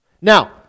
Now